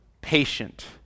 patient